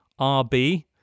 RB